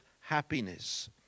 happiness